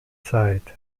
zeit